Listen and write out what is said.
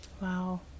Wow